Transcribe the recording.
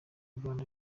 rwanda